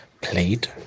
played